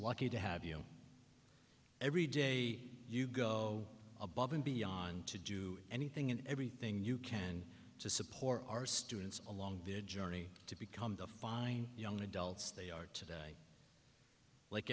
lucky to have you every day you go above and beyond to do anything and everything you can to support our students along their journey to become the fine young adults they are today like